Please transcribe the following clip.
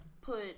put